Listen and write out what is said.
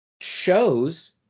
shows